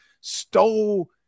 stole –